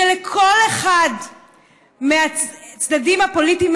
שלכל אחד מהצדדים הפוליטיים,